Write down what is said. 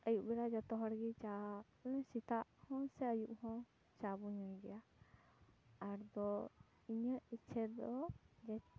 ᱟᱭᱩᱵ ᱵᱮᱲᱟ ᱡᱚᱛᱚ ᱦᱚᱲᱜᱮ ᱪᱟ ᱥᱮᱛᱟᱜ ᱦᱚᱸ ᱥᱮ ᱟᱭᱩᱵ ᱦᱚᱸ ᱪᱟᱵᱚᱱ ᱧᱩᱭ ᱜᱮᱭᱟ ᱟᱨ ᱫᱚ ᱤᱧᱟᱹᱜ ᱤᱪᱪᱷᱟᱹ ᱫᱚ ᱡᱮ